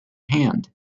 hand